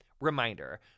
Reminder